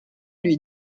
lui